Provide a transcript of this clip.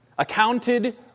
Accounted